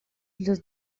los